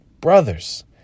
Brothers